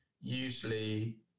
usually